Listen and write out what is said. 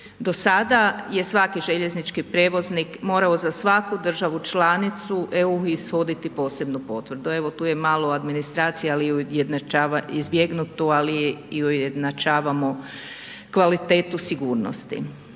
Do sada je svaki željeznički prijevoznik morao za svaku državu članicu EU ishoditi posebnu potvrdu. Evo, tu je malo administracija, ali i ujednačavanje, izbjegnutu, ali i ujednačavamo kvalitetu sigurnosti.